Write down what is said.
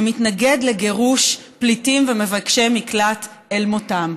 שמתנגד לגירוש פליטים ומבקשי מקלט אל מותם.